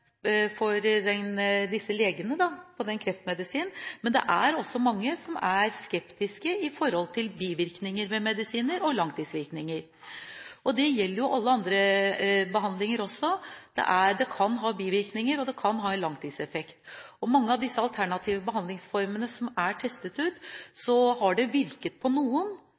Men det er også mange som er skeptiske med hensyn til bivirkninger av medisiner, og langtidsvirkninger. Det gjelder jo alle andre behandlinger også, de kan ha bivirkninger, og de kan ha langtidseffekt. Mange av de alternative behandlingsformene som er testet ut, har virket på noen